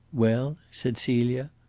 well, said celia.